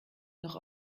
noch